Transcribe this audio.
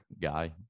guy